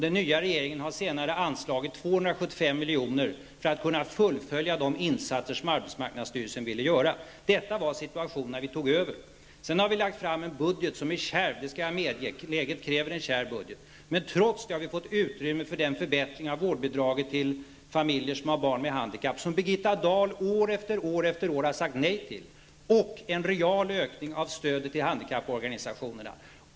Den nya regeringen har senare anslagit 275 milj.kr. för att kunna fullfölja de insatser som arbetsmarknadsstyrelsen ville göra. Detta var situationen när vi tog över. Jag skall medge att vi har lagt fram en budget som är kärv. Läget kräver en kärv budget, men trots detta har vi fått utrymme för en förbättring av vårdbidraget till familjer som har barn med handikapp, en förbättring som Birgitta Dahl år efter år har sagt nej till, och en real ökning av stödet till handikapporganisationerna.